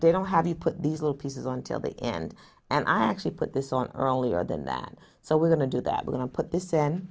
they don't have you put these little pieces until the end and i actually put this on earlier than that so we're going to do that we're going to put this